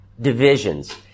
Divisions